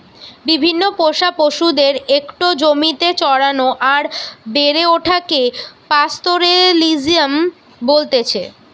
বিভিন্ন পোষা পশুদের একটো জমিতে চরানো আর বেড়ে ওঠাকে পাস্তোরেলিজম বলতেছে